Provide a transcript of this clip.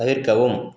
தவிர்க்கவும்